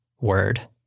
word